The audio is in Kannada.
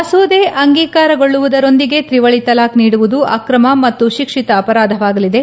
ಮಸೂದೆ ಅಂಗೀಕಾರಗೊಳ್ಳುವುದರೊಂದಿಗೆ ತ್ರಿವಳಿ ತಲಾಖ್ ನೀಡುವುದು ಅಕ್ರಮ ಮತ್ತು ಶಿಕ್ಷಾರ್ಷ ಅಪರಾಧವಾಗಲಿದೆ